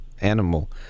animal